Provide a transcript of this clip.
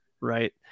right